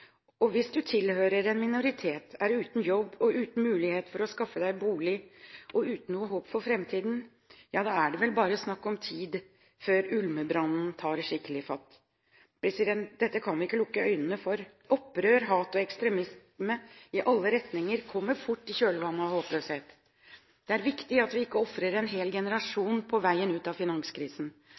minoritetene. Hvis du tilhører en minoritet, er uten jobb og uten mulighet for å skaffe deg bolig, og uten noe håp for framtiden, ja da er det vel bare snakk om tid før ulmebrannen tar skikkelig fatt. Dette kan vi ikke lukke øynene for. Opprør, hat og ekstremisme i alle retninger kommer fort i kjølvannet av håpløsheten. Det er viktig at vi ikke ofrer en hel generasjon på veien ut av finanskrisen.